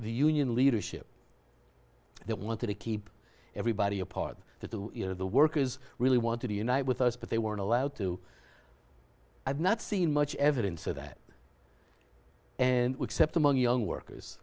the union leadership that wanted to keep everybody apart that the workers really wanted to unite with us but they weren't allowed to i've not seen much evidence of that and except among young workers